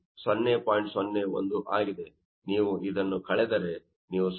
ನೀವು ಇದನ್ನು ಕಳೆದರೆ ನೀವು 0